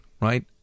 right